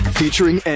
featuring